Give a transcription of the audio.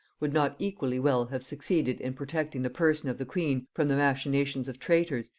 would not equally well have succeeded in protecting the person of the queen from the machinations of traitors,